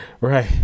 Right